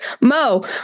mo